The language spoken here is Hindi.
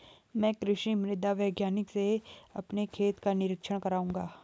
मैं कृषि मृदा वैज्ञानिक से अपने खेत का निरीक्षण कराऊंगा